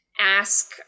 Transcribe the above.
Ask